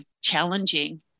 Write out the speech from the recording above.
challenging